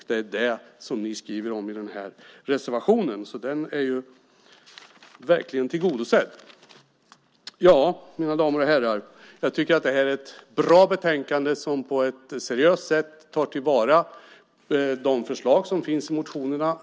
Det är det ni skriver om i reservationen. Den är alltså verkligen tillgodosedd. Jag tycker att det här är ett bra betänkande som på ett seriöst sätt tar till vara de förslag som finns i motionerna.